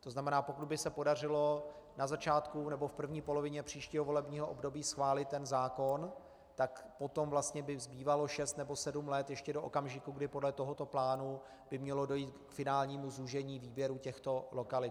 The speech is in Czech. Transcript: To znamená, že pokud by se podařilo na začátku nebo v první polovině příštího volebního období schválit zákon, tak potom by vlastně zbývalo šest nebo sedm let ještě do okamžiku, kdy by podle tohoto plánu mělo dojít k finálnímu zúžení výběru těchto lokalit.